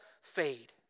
fade